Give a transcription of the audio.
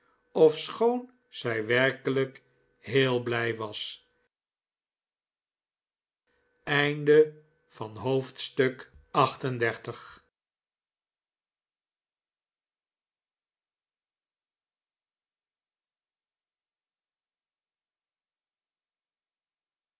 ofschoon zij werkelijk heel blij was